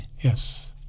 Yes